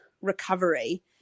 recovery